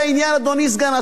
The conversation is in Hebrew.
אדוני סגן השר,